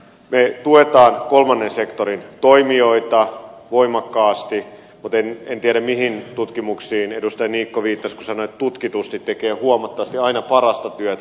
me tuemme kolmannen sektorin toimijoita voimakkaasti mutta en tiedä mihin tutkimuksiin edustaja niikko viittasi kun sanoi että se tutkitusti tekee aina parasta työtä